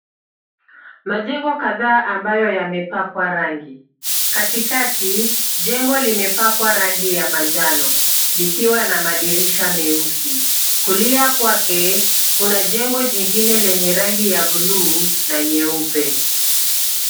Majengo kadhaa ambayo yamepakwa rangi. Katikati, jengo limepakwa rangi ya manjano likiwa na madirisha meusi. Kulia kwake kuna jengo lingine lenye rangi ya blue na nyeupe.